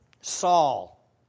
Saul